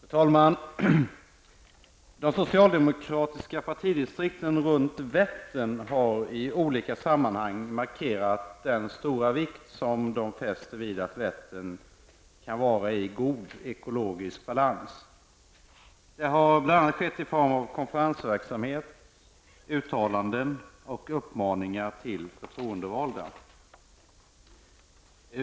Fru talman! De socialdemokratiska partidistrikten runt Vättern har i olika sammanhang markerat den stora vikt som de fäster vid att Vättern kan vara i god ekologisk balans. Det har bl.a. skett i form av konferensverksamhet, uttalanden och uppmaningar till förtroendevalda.